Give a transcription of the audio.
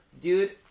Dude